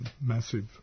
massive